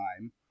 time